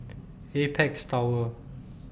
Apex Tower